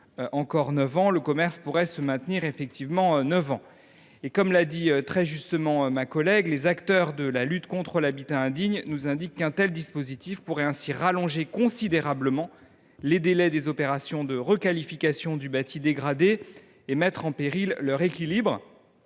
neuf ans, le commerce pourrait se maintenir neuf ans. Comme l’a très justement souligné ma collègue, les acteurs de la lutte contre l’habitat indigne nous indiquent qu’un tel dispositif pourrait allonger considérablement les délais des opérations de requalification du bâti dégradé et mettre en péril leur équilibre.